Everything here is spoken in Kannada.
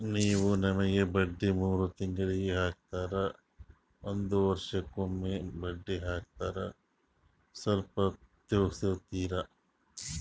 ನೀವು ನಮಗೆ ಬಡ್ಡಿ ಮೂರು ತಿಂಗಳಿಗೆ ಹಾಕ್ತಿರಾ, ಒಂದ್ ವರ್ಷಕ್ಕೆ ಒಮ್ಮೆ ಬಡ್ಡಿ ಹಾಕ್ತಿರಾ ಸ್ವಲ್ಪ ತಿಳಿಸ್ತೀರ?